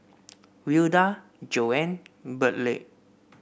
Wilda Joan Burleigh